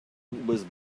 with